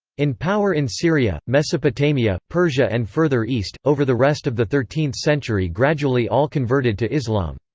in power in syria, mesopotamia, persia and further east, over the rest of the thirteenth century gradually all converted to islam.